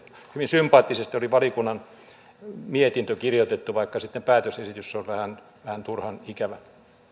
hyvin sympaattisesti oli valiokunnan mietintö kirjoitettu vaikka sitten päätösesitys on vähän vähän turhan ikävä